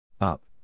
Up